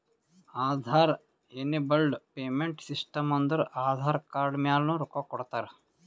Aadhaar enabled payment system ಅಂದುರ್ Aadhaar card ಮ್ಯಾಲನು ರೊಕ್ಕಾ ಕೊಡ್ತಾರ